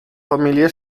familie